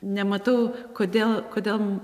nematau kodėl kodėl